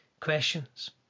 questions